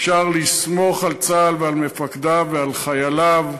אפשר לסמוך על צה"ל ועל מפקדיו ועל חייליו,